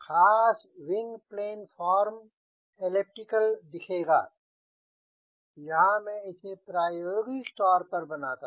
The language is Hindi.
खास विंग प्लेनफोर्म एलिप्टिकल दिखेगायहाँ मैं इसे प्रायोगिक तौर पर बनाता हूँ